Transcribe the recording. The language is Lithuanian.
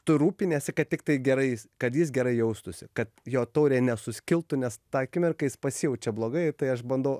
tu rūpiniesi kad tiktai gerais kad jis gerai jaustųsi kad jo taurė nesuskiltų nes tą akimirką jis pasijaučia blogai tai aš bandau